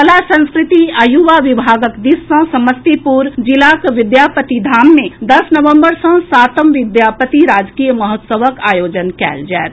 कला संस्कृति आ युवा विभागक दिस सँ समस्तीपुर जिलाक विद्यापतिधाम मे दस नवम्बर सँ सातम विद्यापति राजकीय महोत्सवक आयोजन कयल जायत